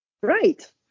right